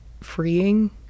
freeing